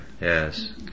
Yes